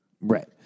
Right